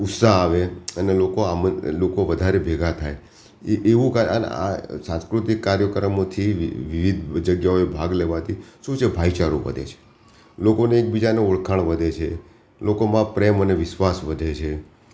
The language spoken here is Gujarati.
ઉત્સાહ આવે અને લોકો આમ લોકો વધારે ભેગા થાય ભાગ લેવા પડે છે એવું કા અ અને આ સાંસ્કૃતિક કાર્યક્રમોથી વિવ વિવિધ જગ્યાઓએ ભાગ લેવાથી શું છે ભાઈચારો વધે છે લોકોને એકબીજાને ઓળખાણ વધે છે લોકોમાં પ્રેમ અને વિશ્વાસ વધે છે